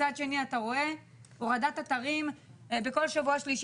מצד שני אתה רואה הורדת אתרים ובכל שבוע שלישי